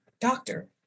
doctor